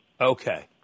Okay